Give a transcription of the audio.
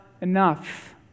enough